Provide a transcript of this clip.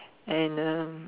and the